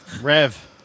Rev